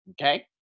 okay